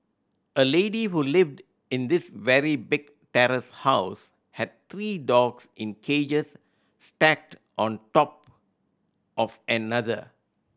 a lady who lived in this very big terrace house had three dogs in cages stacked on top of another